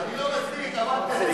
אני לא מסכים עם דבר כזה,